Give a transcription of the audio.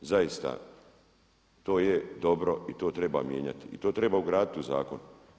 Zaista to je dobro i to treba mijenjati i to treba ugraditi u zakon.